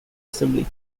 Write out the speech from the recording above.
assembly